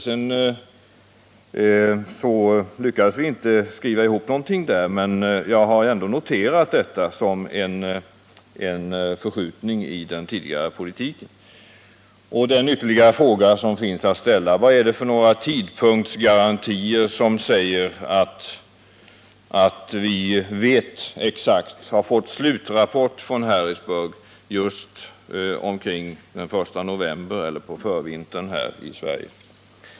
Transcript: Sedan lyckades vi inte skriva ihop någonting, men jag har ändå noterat detta som en förskjutning i den tidigare politiken. Den ytterligare fråga som finns att upprepa är: Vad är det för tidpunktsgarantier som säger att vi vet exakt, att vi har fått slutrapporten från Harrisburg just omkring den 1 november eller på förvintern här i Sverige?